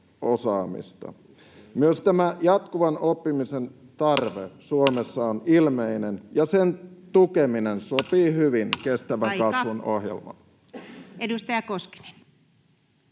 että jatkuvan oppimisen tarve Suomessa on ilmeinen ja sen tukeminen sopii hyvin kestävän kasvun ohjelman teemaksi”.